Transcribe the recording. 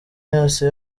yose